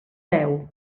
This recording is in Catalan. deu